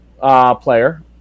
player